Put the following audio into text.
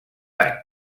any